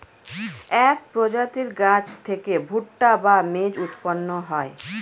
এক প্রজাতির গাছ থেকে ভুট্টা বা মেজ উৎপন্ন হয়